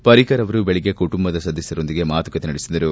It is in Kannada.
ಪರಿಕ್ಕರ್ ಅವರು ಬೆಳಗ್ಗೆ ಕುಟುಂಬದ ಸದಸ್ಟರೊಂದಿಗೆ ಮಾತುಕತೆ ನಡೆಸಿದರು